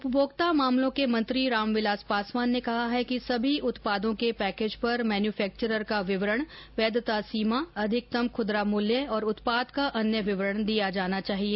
उपभोक्ता मामलों के मंत्री रामविलास पासवान ने कहा है कि सभी उत्पादों के पैकेज पर मैनुफक्चरर का विवरण वैधता सीमा अधिकतम खुदरा मूल्य और उत्पाद का अन्य विवरण दिया जाना चाहिए